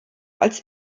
als